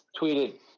tweeted